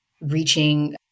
reaching